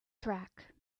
track